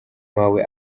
wawe